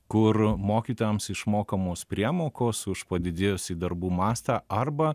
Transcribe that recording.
kur mokytojams išmokamos priemokos už padidėjusį darbų mastą arba